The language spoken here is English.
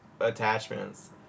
attachments